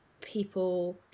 people